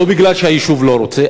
ולא בגלל שהיישוב לא רוצה,